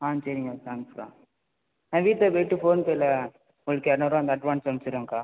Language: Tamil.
ஆ சரிங்க தேங்க்ஸ்க்கா நான் வீட்டில் போய்விட்டு ஃபோன்பேயில் உங்களுக்கு இரநூறுவா அந்த அட்வான்ஸ் அனுப்பிச்சுவிட்றேன்க்கா